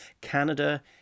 Canada